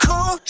Cool